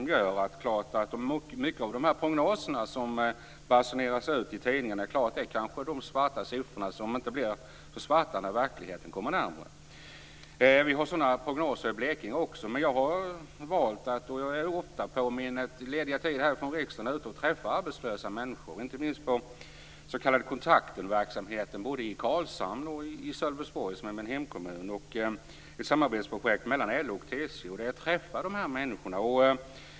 Många av de här prognoserna som basuneras ut i tidningarna innehåller kanske svarta siffror som inte blir så svarta när verkligheten kommer närmare. Vi har sådana prognoser i Blekinge också. Jag är ofta på min lediga tid härifrån riksdagen ute och träffar arbetslösa människor. Inte minst är jag på den s.k. kontaktenverksamheten både i Karlshamn och i Sölvesborg, som är min hemkommun. Det är ett samarbetsprojekt mellan LO och TCO. Där träffar jag de här människorna.